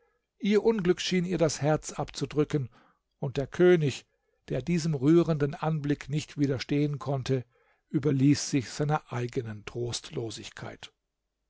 ihr unglück schien ihr das herz abzudrücken und der könig der diesem rührenden anblick nicht widerstehen konnte überließ sich seiner eigenen